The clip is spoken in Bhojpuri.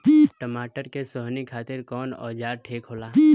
टमाटर के सोहनी खातिर कौन औजार ठीक होला?